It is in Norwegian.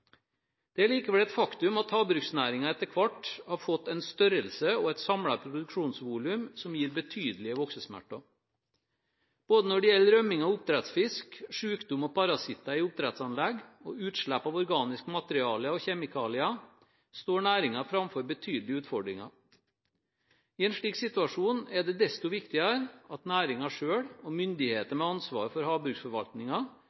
Det er likevel et faktum at havbruksnæringen etter hvert har fått en størrelse og et samlet produksjonsvolum som gir betydelige voksesmerter. Når det gjelder både rømming av oppdrettsfisk, sykdom og parasitter i oppdrettsanlegg og utslipp av organisk materiale og kjemikalier, står næringen foran betydelige utfordringer. I en slik situasjon er det desto viktigere at næringen selv og